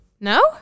No